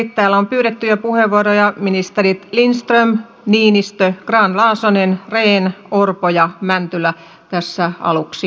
täällä ovat pyytäneet puheenvuoroja ministerit lindström niinistö grahn laasonen rehn orpo ja mäntylä tässä aluksi